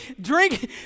Drink